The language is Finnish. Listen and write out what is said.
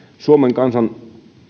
suomen kansan